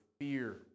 fear